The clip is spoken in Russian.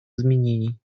изменений